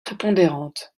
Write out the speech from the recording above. prépondérante